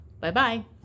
Bye-bye